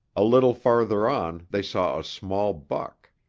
a little farther on they saw a small buck.